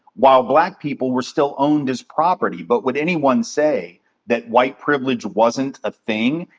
while black people were still owned as property. but would anyone say that white privilege wasn't a thing,